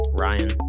Ryan